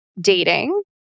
dating